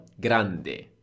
grande